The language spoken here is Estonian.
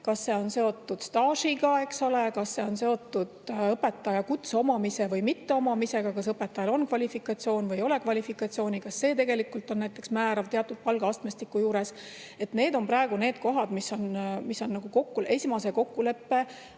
Kas see on seotud staažiga? Kas see on seotud õpetajakutse omamise või mitteomamisega, kas õpetajal on kvalifikatsioon või ei ole kvalifikatsiooni? Kas see on näiteks määrav teatud palgaastmestiku juures? Need on praegu need kohad, mis on nagu esmase kokkuleppe